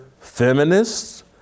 feminists